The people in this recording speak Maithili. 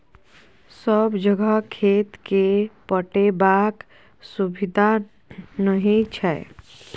सब जगह खेत केँ पटेबाक सुबिधा नहि छै